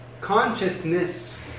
consciousness